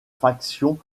faction